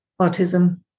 autism